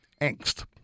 angst